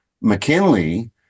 McKinley